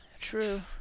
True